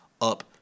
up